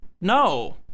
No